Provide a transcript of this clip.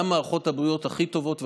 גם מערכות הבריאות הכי טובות קורסות,